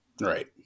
Right